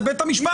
זה בית המשפט.